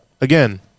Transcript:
again